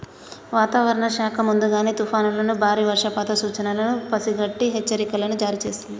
వాతావరణ శాఖ ముందుగానే తుఫానులను బారి వర్షపాత సూచనలను పసిగట్టి హెచ్చరికలను జారీ చేస్తుంది